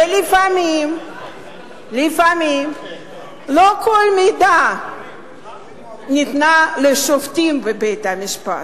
ולפעמים לא כל המידע ניתן לשופטים בבית-המשפט.